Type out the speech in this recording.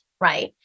right